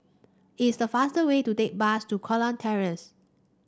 it's the faster way to take bus to Kurau Terrace